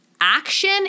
action